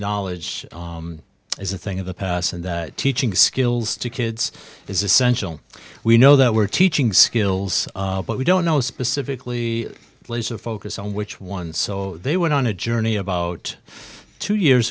knowledge is a thing of the us and teaching skills to kids is essential we know that we're teaching skills but we don't know specifically laser focus on which one so they went on a journey about two years